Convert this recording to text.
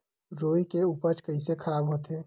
रुई के उपज कइसे खराब होथे?